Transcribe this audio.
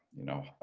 you know,